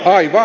aivan